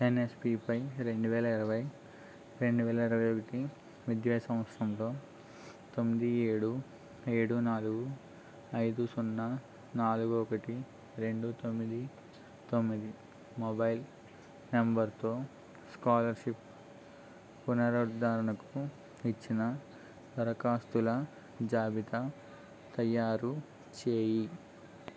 ఎన్ఎస్పిపై రెండు వేల ఇరవై రెండు వేల ఇరవై ఒకటి విద్యా సంవత్సరంలో తొంమ్ది ఏడు ఏడు నాలుగు ఐదు సున్నా నాలుగు ఒకటి రెండు తొమ్మిది తొమ్మిది మొబైల్ నంబర్తో స్కాలర్షిప్ పునరుద్ధరణకు ఇచ్చిన దరఖాస్తుల జాబితా తయారు చేయి